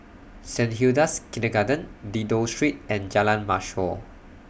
Saint Hilda's Kindergarten Dido Street and Jalan Mashor